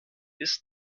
ist